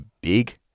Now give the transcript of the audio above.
big